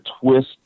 twist